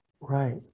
right